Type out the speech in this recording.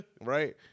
right